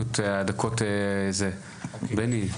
בני,